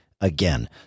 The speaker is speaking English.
again